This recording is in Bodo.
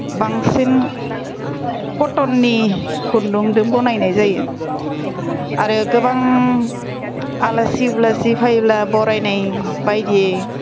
बांसिन कटननि खुन्दुंजों बनायनाय जायो आरो गोबां आलासि उलासि फैयोब्ला बरायनाय बायदियै